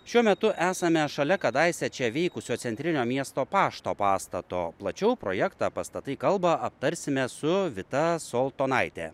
šiuo metu esame šalia kadaise čia veikusio centrinio miesto pašto pastato plačiau projektą pastatai kalba aptarsime su vita soltonaite